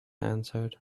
answered